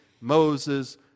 Moses